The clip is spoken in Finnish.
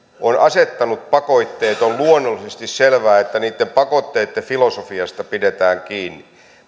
on asettanut pakotteet on luonnollisesti selvää että niitten pakotteitten filosofiasta pidetään kiinni